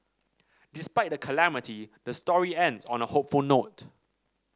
despite the calamity the story ends on a hopeful note